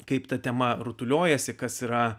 kaip ta tema rutuliojasi kas yra